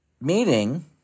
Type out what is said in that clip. meeting